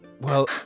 Well-